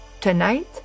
Tonight